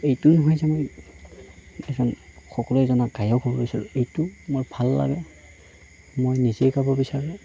এইটোও নহয় যে মই এজন সকলোৱে জনা গায়ক হ'ব বিচাৰোঁ এইটো মোৰ ভাল লাগে মই নিজেই গাব বিচাৰোঁ